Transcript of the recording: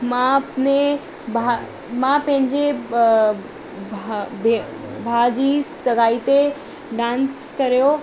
मां अपने बा मां पंहिंजे भाउ जी सगाई ते डांस करियो